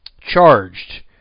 charged